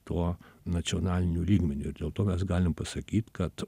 tuo nacionaliniu lygmeniu ir dėl to mes galime pasakyt kad